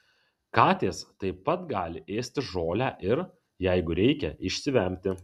katės taip pat gali ėsti žolę ir jeigu reikia išsivemti